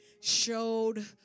showed